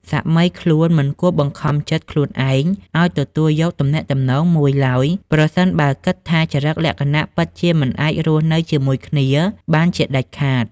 សាមីខ្លួនមិនគួរបង្ខំចិត្តខ្លួនឯងឱ្យទទួលយកទំនាក់ទំនងមួយឡើយ ប្រសិនបើគិតថាចរិតលក្ខណៈពិតជាមិនអាចរស់នៅជាមួយគ្នាបានជាដាច់ខាត។